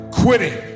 quitting